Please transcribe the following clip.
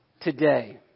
today